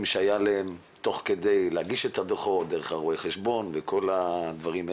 שהיה עליהם תוך כדי להגיש את הדו"חות דרך רואה החשבון ודברים כאלה,